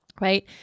right